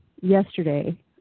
yesterday